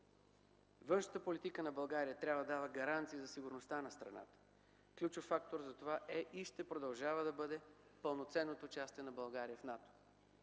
Външната политика на България трябва да дава гаранция за сигурността на страната. Ключов фактор за това е и ще продължава да бъде пълноценното участие на България в НАТО.